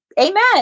amen